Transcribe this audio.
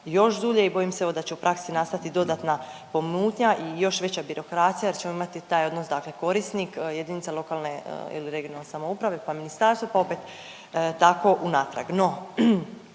još dulje i bojim se evo da će u praksi nastati dodatna pomutnja i još veća birokracija jer ćemo imati taj odnos dakle korisnik, jedinica lokalne ili regionalne samouprave, pa ministarstvo, pa opet tako unatrag.